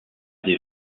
des